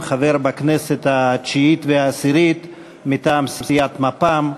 חבר בכנסת התשיעית והעשירית מטעם סיעת מפ"ם,